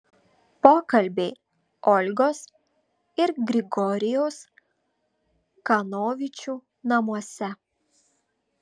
pokalbiai olgos ir grigorijaus kanovičių namuose